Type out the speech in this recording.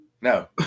No